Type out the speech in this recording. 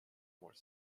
more